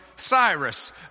Cyrus